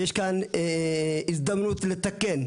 יש כאן הזדמנות לתקן.